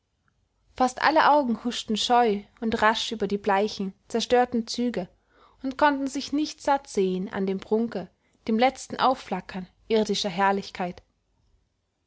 fast aller augen huschten scheu und rasch über die bleichen zerstörten züge und konnten sich nicht satt sehen an dem prunke dem letzten aufflackern irdischer herrlichkeit